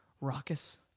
raucous